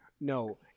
No